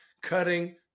cutting